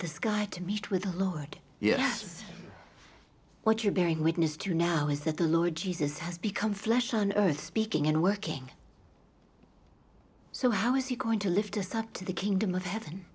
the sky to meet with the lord yes what you're bearing witness to now is that the lord jesus has become flesh on earth speaking and working so how is he going to lift us up to the kingdom of heaven